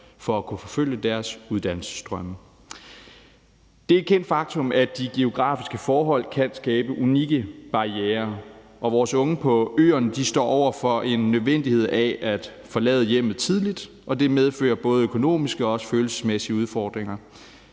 for at kunne forfølge deres uddannelsesdrømme. Det er et kendt faktum, at de geografiske forhold kan skabe unikke barrierer. Vores unge på øerne står over for en nødvendighed af at forlade hjemmet tidligt, og det medfører både økonomiske og også følelsesmæssige udfordringer.